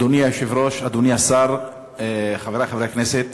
אדוני היושב-ראש, אדוני השר, חברי חברי הכנסת,